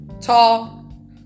tall